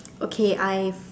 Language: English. okay I've